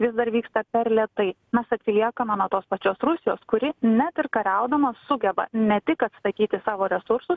vis dar vyksta per lėtai mes atsiliekame nuo tos pačios rusijos kuri net ir kariaudama sugeba ne tik atstatyti savo resursus